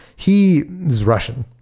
he is russian.